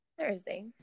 Thursday